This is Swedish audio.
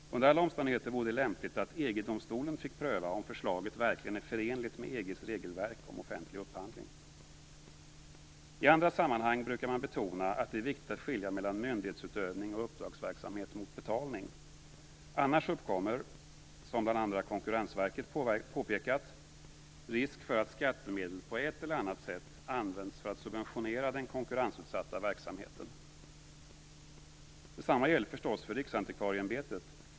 Under alla omständigheter vore det lämpligt att EG-domstolen fick pröva om förslaget verkligen är förenligt med EG:s regelverk om offentlig upphandling. I andra sammanhang brukar man betona att det är viktigt att skilja mellan myndighetsutövning och uppdragsverksamhet mot betalning. Annars uppkommer, som bland andra Konkurrensverket påpekat, risk för att skattemedel på ett eller annat sätt används för att subventionera den konkurrensutsatta verksamheten. Detsamma gäller förstås för Riksantikvarieämbetet.